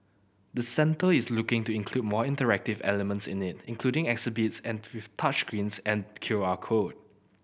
the centre is looking to include more interactive elements in it including exhibits and with touch screens and Q R code